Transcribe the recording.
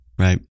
Right